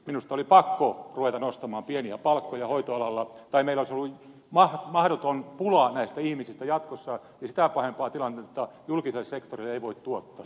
minusta oli pakko ruveta nostamaan pieniä palkkoja hoitoalalla tai meillä olisi ollut mahdoton pula näistä ihmisistä jatkossa ja sitä pahempaa tilannetta julkiselle sektorille ei voi tuottaa